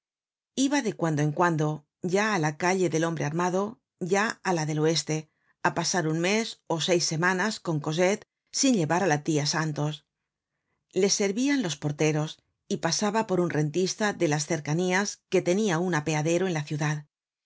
iba de cuando en cuando ya á la calle del hombre armado ya á la ilel oeste á pasar un mes ó seis semanas con cosette sin llevar á la lia santos le servian los porteros y pasaba por un rentista de las cercanías que tenia un apeadero en la ciudad